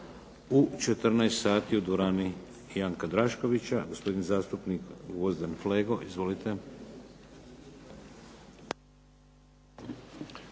u 14,00 sati u dvorani "Janka Draškovića". Gospodin zastupnik Gvozden Flego. Izvolite.